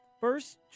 first